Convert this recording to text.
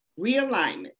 realignment